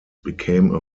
became